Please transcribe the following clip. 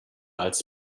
als